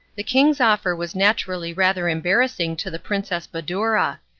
the king's offer was naturally rather embarrassing to the princess badoura.